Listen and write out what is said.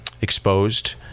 exposed